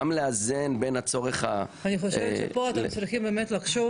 גם לאזן בין הצורך ה --- אני חושבת שפה אתם צריכים לחשוב